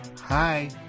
Hi